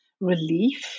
relief